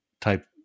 type